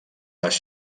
les